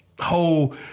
whole